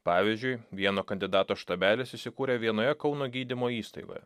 pavyzdžiui vieno kandidato štabelis įsikūrė vienoje kauno gydymo įstaigoje